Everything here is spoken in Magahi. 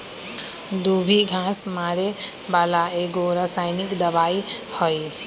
दुभी घास मारे बला एगो रसायनिक दवाइ हइ